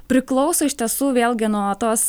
priklauso iš tiesų vėlgi nuo tos